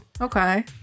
Okay